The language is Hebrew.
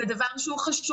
זה דבר חשוב.